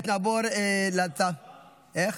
סליחה.